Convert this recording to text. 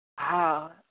Wow